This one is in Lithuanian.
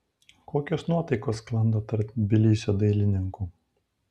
kokios nuotaikos sklando tarp tbilisio dailininkų